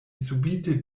subite